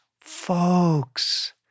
folks